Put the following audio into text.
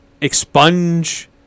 expunge